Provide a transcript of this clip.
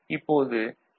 இப்போது டி